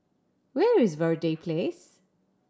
where is Verde Place